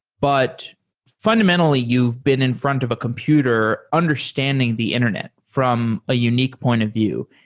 but fundamentally, you've been in front of a computer understanding the internet from a unique point of view.